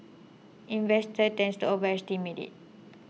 investors tend to overestimate it